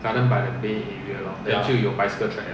ya